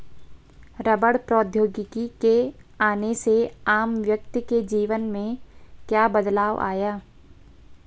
रबड़ प्रौद्योगिकी के आने से आम व्यक्ति के जीवन में क्या बदलाव आया?